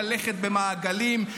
ללכת במעגלים,